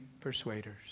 persuaders